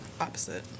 opposite